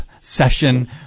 session